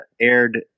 aired